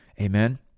Amen